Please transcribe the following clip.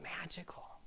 magical